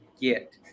get